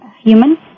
human